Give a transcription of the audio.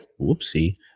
whoopsie